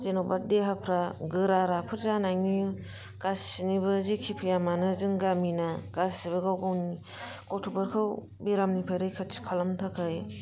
जेन'बा देहाफ्रा गोरा राफोर जानायनि गासिनिबो जेखि फैया मानो जों गामिना गासिबो गाव गावनि गथ'फोरखौ बेरामनिफ्राय रैखाथि खालामनो थाखाय